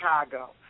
Chicago